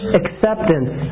acceptance